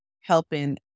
helping